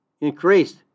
increased